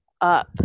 up